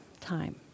time